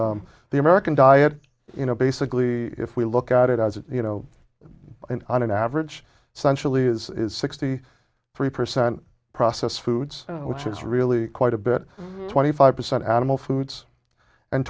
the american diet you know basically if we look at it as you know on an average sensually is sixty three percent processed foods which is really quite a bit twenty five percent animal foods and